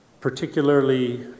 particularly